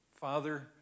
Father